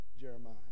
Jeremiah